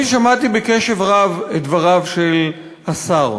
אני שמעתי בקשב רב את דבריו של השר,